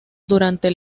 durante